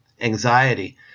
anxiety